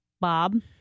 Bob